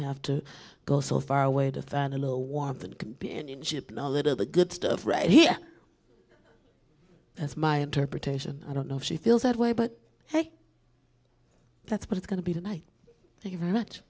have to go so far away to find a little warmth and companionship and a little the good stuff right here as my interpretation i don't know if she feels that way but hey that's what it's going to be tonight thank you very much